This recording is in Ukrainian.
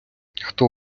хто